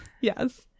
Yes